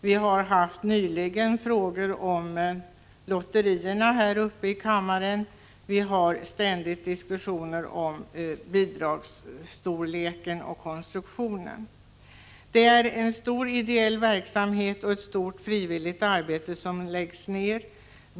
Vi har nyligen behandlat frågor om lotterierna här i kammaren, och vi för ständigt diskussioner om bidragsstorleken och konstruktionen därvidlag. Det är en omfattande ideell verksamhet som utförs och ett stort frivilligt arbete som läggs ned.